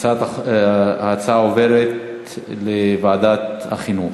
ההצעה עוברת לוועדת החינוך.